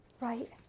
Right